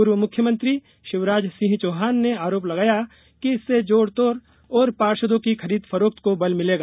पूर्व मुख्यमंत्री शिवराज सिंह चौहान ने आरोप लगाया कि इससे जोड़ तोड़ और पार्षदों की खरीद फरोख्त को बल मिलेगा